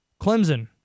Clemson